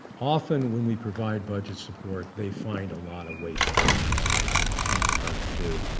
often when we provide budget support they find a lot of waste, fraud and mismanagement, it's not hard to do,